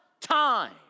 time